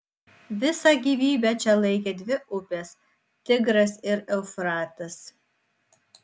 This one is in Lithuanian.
visą gyvybę čia laikė dvi upės tigras ir eufratas